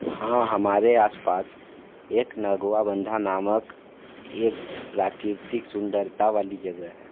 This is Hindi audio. हाँ हमारे आस पास एक नगवा बंधा नामक एक प्राकृतिक सुंदरता वाली जगह है